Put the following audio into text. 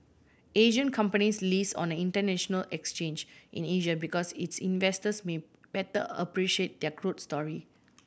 Asian companies list on an international exchange in Asia because its investors may better appreciate their growth story